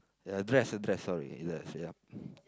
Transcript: ya dress a dress sorry yes yup